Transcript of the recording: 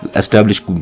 established